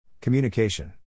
Communication